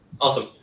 awesome